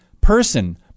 person